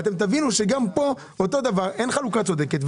תבינו שגם פה אין חלוקה צודקת.